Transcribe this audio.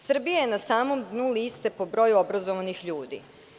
Srbija je na samom dnu liste po broju obrazovanih ljudi.